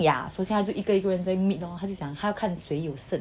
yeah so 现在他就一个一个 meet lor 他要看谁有剩